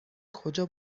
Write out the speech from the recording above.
کجا